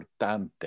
importante